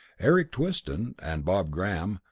eric twiston and bob graham,